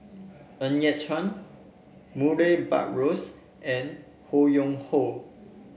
Ng Yat Chuan Murray Buttrose and Ho Yuen Hoe